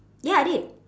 ya I did